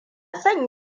son